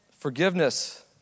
Forgiveness